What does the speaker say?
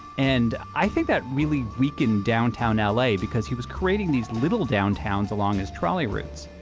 and i think that really weakened downtown l a. because he was creating these little downtowns along his trolley routes.